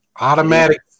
Automatic